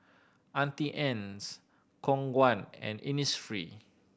Auntie Anne's Khong Guan and Innisfree